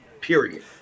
Period